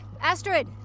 Astrid